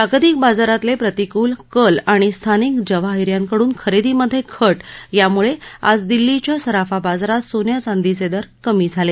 जागतिक बाजारातले प्रतिकृल कल आणि स्थानिक जवाहि यांकडून खरेदीमधे घट यामुळे आज दिल्लीच्या सराफा बाजारात सोन्या चांदीचे दर कमी झाले